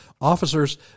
officers